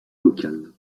locale